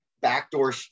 backdoor